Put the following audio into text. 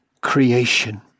creation